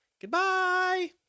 Goodbye